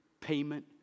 payment